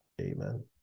Amen